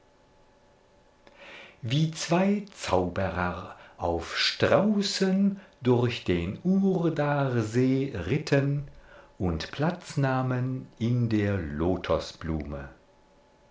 wie zwei zauberer auf straußen durch den urdarsee ritten und platz nahmen in der